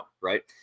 right